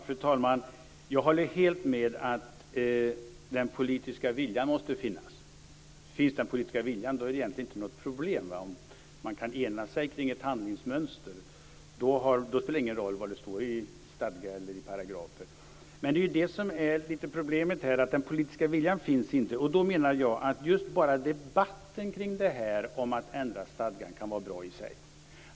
Fru talman! Jag håller helt med om att den politiska viljan måste finnas. Finns den politiska viljan är det egentligen inget problem. Om man kan ena sig omkring ett handlingsmönster spelar det ingen roll vad som står i stadgar eller paragrafer. Men problemet är just att den politiska viljan inte finns. Då menar jag att bara debatten kring det här med att ändra stadgan kan vara bra i sig.